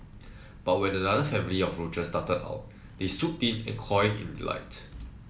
but when another family of roaches darted out they swooped in cawing in delight